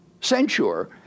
censure